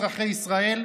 אזרחי ישראל,